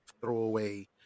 throwaway